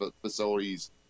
facilities